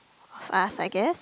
of us I guess